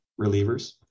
relievers